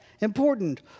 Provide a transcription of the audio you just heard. important